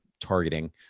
targeting